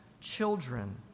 children